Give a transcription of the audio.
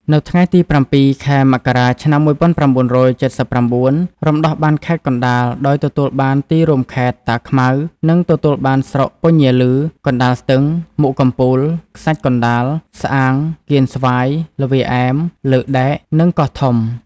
នៅថ្ងៃទី ០៧ ខែមករា ឆ្នាំ ១៩៧៩ រំដោះបានខេត្តកណ្តាល ដោយទទួលបានទីរួមខេត្ត តាខ្មៅ និងទទួលបានស្រុក ពញាឮ កណ្តាលស្ទឹង មុខកំពូល ខ្សាច់កណ្តាល ស្អាង កៀនស្វាយ ល្វាឯម លើកដែក និងកោះធំ។